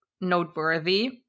noteworthy